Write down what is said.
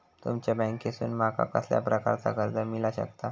तुमच्या बँकेसून माका कसल्या प्रकारचा कर्ज मिला शकता?